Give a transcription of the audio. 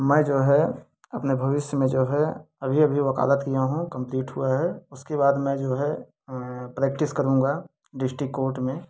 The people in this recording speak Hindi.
मैं जो है अपने भविष्य में जो है अभी अभी वकालत किया हूँ कंप्लीट हुआ है उसके बाद मैं जो है प्रैक्टिस करूंगा डिस्टिक कोर्ट में